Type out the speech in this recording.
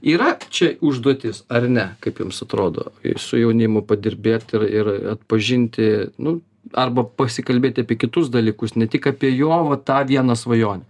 yra čia užduotis ar ne kaip jums atrodo su jaunimu padirbėt ir ir atpažinti nu arba pasikalbėti apie kitus dalykus ne tik apie jo va tą vieną svajonę